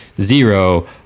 zero